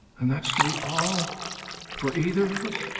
and that's to be all for either of us?